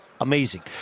amazing